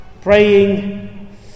praying